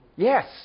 Yes